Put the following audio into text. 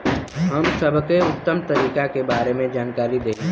हम सबके उत्तम तरीका के बारे में जानकारी देही?